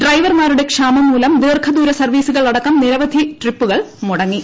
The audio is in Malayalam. ഡ്രൈവർമാരുടെ ക്ഷാമം മൂലം ദീർഘദൂര സർവ്വീസുകൾ അടക്കം നിരവധി ട്രിപ്പുകൾ മുടങ്ങി